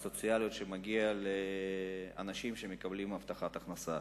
הסוציאליות שמגיעות לאנשים שמקבלים הבטחת הכנסה.